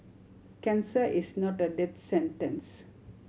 cancer is not a death sentence